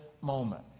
moment